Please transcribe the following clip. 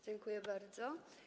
Dziękuję bardzo.